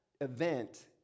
event